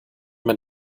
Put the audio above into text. man